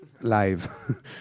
live